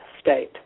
state